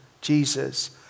Jesus